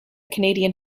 canadian